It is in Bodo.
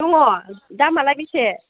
दङ दामालाय बेसे